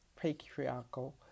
patriarchal